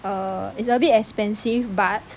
err it's a bit expensive but